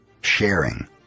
sharing